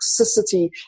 toxicity